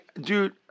Dude